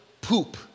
poop